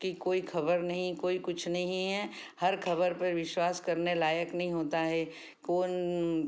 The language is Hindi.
कि कोई खबर नहीं की कुछ नहीं है हर खबर पे विश्वास करने लायक नहीं होता है कौन